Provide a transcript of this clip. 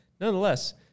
nonetheless